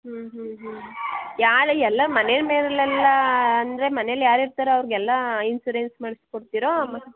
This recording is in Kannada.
ಹ್ಞೂ ಹ್ಞೂ ಹ್ಞೂ ಯಾರು ಎಲ್ಲ ಮನೆ ಮೇಲೆಲ್ಲಾ ಅಂದರೆ ಮನೇಲಿ ಯಾರು ಇರ್ತಾರೋ ಅವ್ರಿಗೆಲ್ಲಾ ಇನ್ಸೂರೆನ್ಸ್ ಮಾಡ್ಸಿ ಕೊಡ್ತಿರಾ ಮತ್ತೆ